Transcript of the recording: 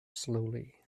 slowly